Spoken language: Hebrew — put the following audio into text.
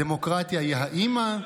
הדמוקרטיה היא האימא,